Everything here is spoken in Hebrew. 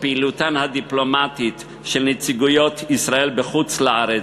של נציגויות ישראל בחוץ-לארץ,